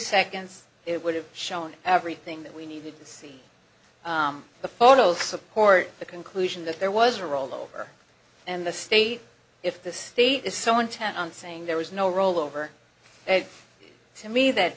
seconds it would have shown everything that we needed to see the photos support the conclusion that there was a rollover and the state if the state is so intent on saying there was no roll over to me that